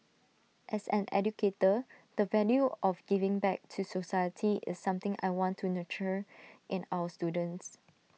as an educator the value of giving back to society is something I want to nurture in our students